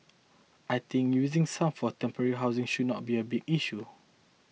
I think using some for temporary housing should not be a big issue